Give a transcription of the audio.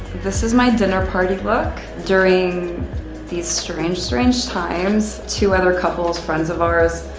this is my dinner party look. during these strange, strange times, two other couples, friends of ours,